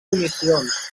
comissions